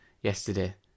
yesterday